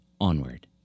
Onward